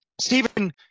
Stephen